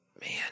Man